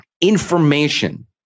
information